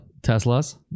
Teslas